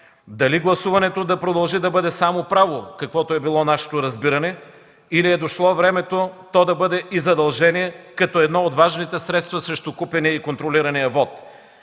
дали гласуването да продължи да бъде само правово, каквото е било нашето разбиране, или е дошло времето то да бъде и задължение като едно от важните средства срещу купения и контролирания вот?